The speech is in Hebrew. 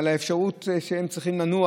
על האפשרות שהם צריכים לנוח.